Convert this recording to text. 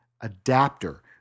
adapter